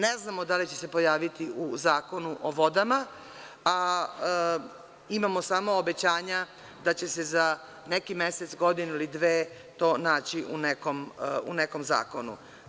Ne znamo da li će se pojavi u Zakonu o vodama, a imamo samo obećanja da će se za neki mesec, godinu ili dve to naći u nekom zakonu.